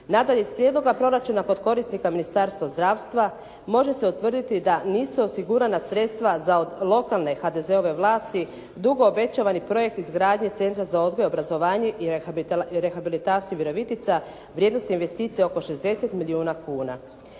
Nadalje s prijedloga proračuna kod korisnika Ministarstva zdravstva može se utvrditi da nisu osigurana sredstva od lokalne HDZ-ove vlasti dugo obećavan projekt izgradnje centra za odgoj, obrazovanje i rehabilitaciju Virovitica, vrijednost investicije oko 60 milijuna kuna.